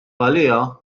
għaliha